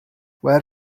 where